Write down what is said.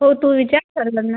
हो तू विचार सर्वांना